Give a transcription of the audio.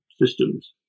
systems